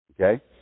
Okay